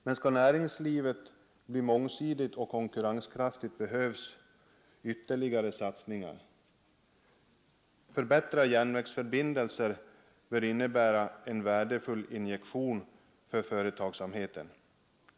Men skall näringslivet bli mångsidigt och konkurrenskraftigt behövs ytterligare satsningar. Förbättrade järnvägsförbindelser bör innebära en värdefull injektion för företagsamheten.